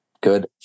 good